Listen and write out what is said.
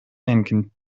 continued